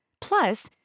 Plus